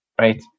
right